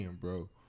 bro